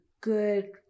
good